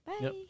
Bye